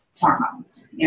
hormones